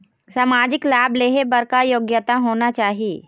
सामाजिक लाभ लेहे बर का योग्यता होना चाही?